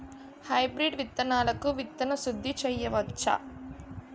Hybrid విత్తనాలకు విత్తన శుద్ది చేయవచ్చ?